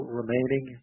remaining